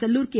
Sellur K